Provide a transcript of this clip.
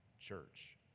church